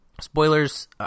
Spoilers